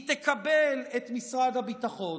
היא: תקבל את משרד הביטחון,